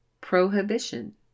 Prohibition